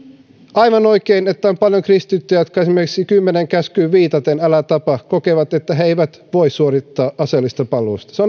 aivan oikein että on paljon kristittyjä jotka esimerkiksi kymmeneen käskyyn viitaten älä tapa kokevat että he eivät voi suorittaa aseellista palvelusta se